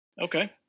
Okay